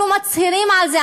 אנחנו מצהירים על זה.